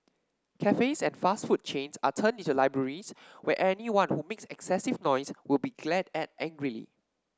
cafes and fast food chains are turned into libraries where anyone who makes excessive noise would be glared at angrily